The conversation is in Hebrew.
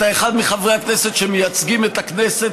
אתה אחד מחברי הכנסת שמייצגים את הכנסת